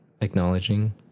acknowledging